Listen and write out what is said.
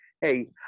hey